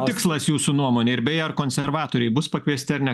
tikslas jūsų nuomone ir beje ar konservatoriai bus pakviesti ar ne